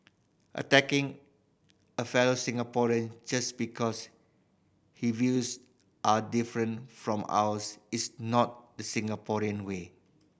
attacking a fellow Singaporean just because her views are different from ours is not the Singaporean way